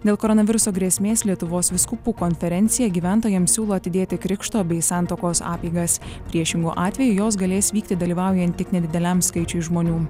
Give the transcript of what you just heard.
dėl koronaviruso grėsmės lietuvos vyskupų konferencija gyventojams siūlo atidėti krikšto bei santuokos apeigas priešingu atveju jos galės vykti dalyvaujant tik nedideliam skaičiui žmonių